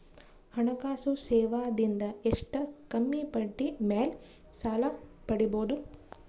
ಹಣಕಾಸು ಸೇವಾ ದಿಂದ ಎಷ್ಟ ಕಮ್ಮಿಬಡ್ಡಿ ಮೇಲ್ ಸಾಲ ಪಡಿಬೋದ?